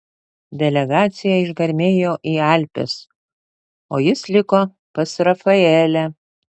delegacija išgarmėjo į alpes o jis liko pas rafaelę